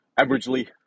averagely